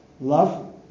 love